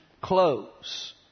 clothes